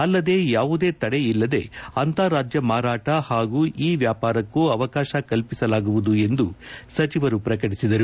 ಅಲ್ಲದೆ ಯಾವುದೇ ತಡೆ ಇಲ್ಲದೆ ಅಂತಾರಾಜ್ಯ ಮಾರಾಟ ಹಾಗೂ ಇ ವ್ಯಾಪಾರಕ್ಕೂ ಅವಕಾಶ ಕಲ್ಪಿಸಲಾಗುವುದು ಎಂದು ಸಚಿವರು ಪ್ರಕಟಿಸಿದರು